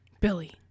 Billy